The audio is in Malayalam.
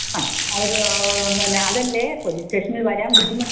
ആ ഒരു അതല്ലേ പോലീസ് സ്റ്റേഷനിൽ വരാൻ ബുദ്ധിമുട്ടാണെങ്കിൽ